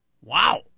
Wow